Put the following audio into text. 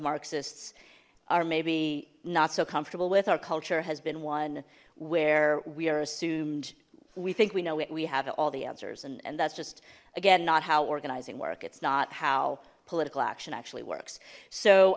marxists are maybe not so comfortable with our culture has been one where we are assumed we think we know it we have all the answers and and that's just again not how organizing work it's not how political action actually works so